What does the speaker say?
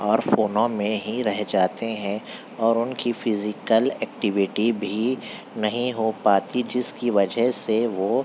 اور فونوں میں ہی رہ جاتے ہیں اور اُن کی فزیکل ایکٹیویٹی بھی نہیں ہو پاتی جس کی وجہ سے وہ